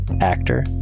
actor